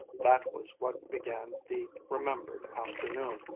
that was what began the remembered afternoon.